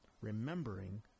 remembering